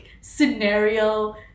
scenario